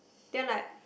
then like